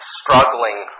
struggling